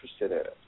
interested